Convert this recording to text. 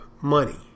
money